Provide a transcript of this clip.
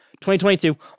2022